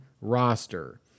roster